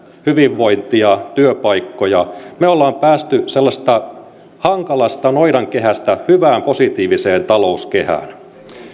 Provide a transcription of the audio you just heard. hyvinvointia työpaikkoja me olemme päässeet sellaisesta hankalasta noidankehästä hyvään positiiviseen talouskehään